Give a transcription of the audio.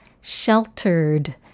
sheltered